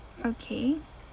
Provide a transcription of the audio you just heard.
okay